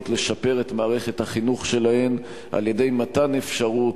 לשפר את מערכת החינוך שלהן על-ידי מתן אפשרות,